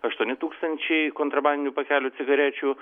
aštuoni tūkstančiai kontrabandinių pakelių cigarečių